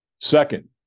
Second